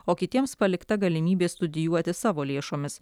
o kitiems palikta galimybė studijuoti savo lėšomis